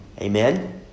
Amen